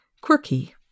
quirky